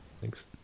Thanks